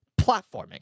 Platforming